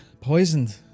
poisoned